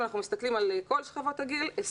אם אנחנו מסתכלים על כל שכבות הגילים,